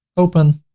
open